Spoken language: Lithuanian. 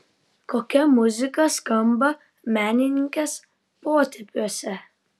kokia muzika skamba menininkės potėpiuose